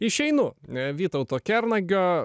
išeinu vytauto kernagio